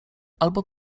albo